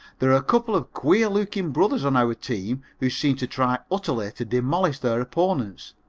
there are a couple of queer looking brothers on our team who seem to try utterly to demolish their opponents.